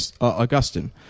Augustine